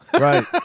Right